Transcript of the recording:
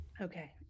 Okay